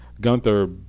Gunther